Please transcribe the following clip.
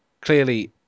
clearly